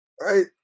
right